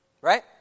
right